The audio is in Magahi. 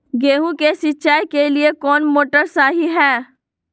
गेंहू के सिंचाई के लिए कौन मोटर शाही हाय?